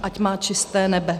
Ať má čisté nebe.